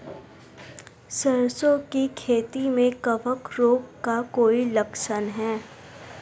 सरसों की खेती में कवक रोग का कोई लक्षण है?